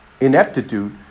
ineptitude